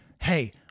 hey